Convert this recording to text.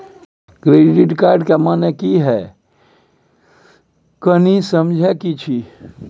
Credit card के माने की हैं, कनी समझे कि छि?